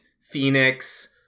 Phoenix